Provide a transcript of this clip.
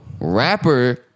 rapper